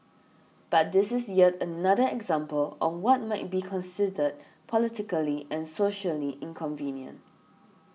but this is yet another example of what might be considered politically and socially inconvenient